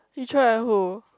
you throw at who